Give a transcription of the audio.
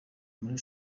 muri